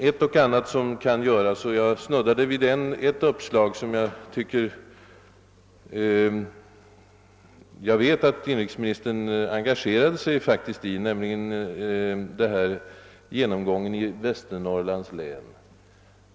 Ett och annat kan dock ventileras, och jag snuddade vid ett uppslag som jag vet att inrikesministern faktiskt har engagerat sig i, nämligen vid den genomgång som gjorts i Västernorrlands län.